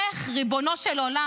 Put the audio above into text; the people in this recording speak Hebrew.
איך, ריבונו של עולם?